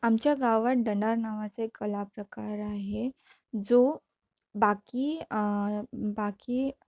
आमच्या गावात डंडार नावाचा एक कलाप्रकार आहे जो बाकी बाकी